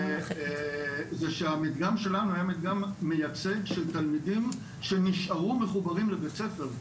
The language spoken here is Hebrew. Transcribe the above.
זה שהמדגם שלנו היה מדגם מייצג של תלמידים שנשארו מחוברים לבית ספר,